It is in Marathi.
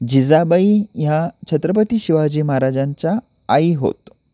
जिजाबाई ह्या छत्रपती शिवाजी महाराजांच्या आई होत